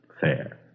fair